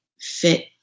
fit